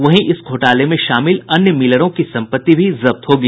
वहीं इस घोटाले में शामिल अन्य मिलरों की सम्पत्ति भी जब्त होगी